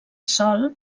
sol